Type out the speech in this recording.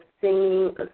singing